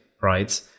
right